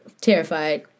Terrified